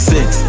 Six